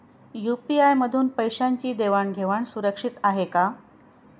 UPI मधून पैशांची देवाण घेवाण सुरक्षित आहे का?